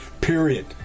Period